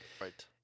Right